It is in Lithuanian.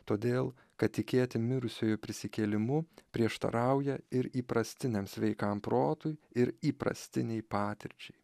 todėl kad tikėti mirusiųjų prisikėlimu prieštarauja ir įprastiniam sveikam protui ir įprastinei patirčiai